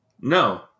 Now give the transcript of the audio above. No